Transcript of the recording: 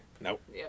Nope